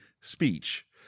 speech